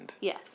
Yes